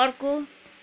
अर्को